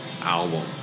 album